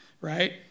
right